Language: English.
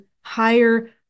higher